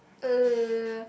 uh